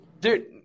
Dude